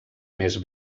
més